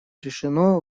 решено